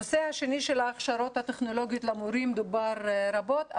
הנושא השני של ההכשרות הטכנולוגיות למורים דובר רבות,